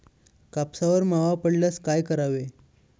कापसावर मावा पडल्यास काय करावे?